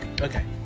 okay